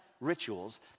Rituals